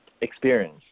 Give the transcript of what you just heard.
experience